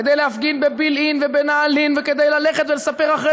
כדי להפגין בבילעין ובנעלין וכדי ללכת ולספר אחרי